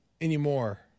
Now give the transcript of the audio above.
anymore